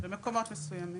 במקומות מסוימים.